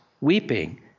weeping